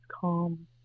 calm